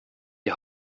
die